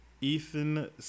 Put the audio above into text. Ethan